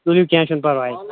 ؤلِو کینٛہہ چھُنہٕ پَرواے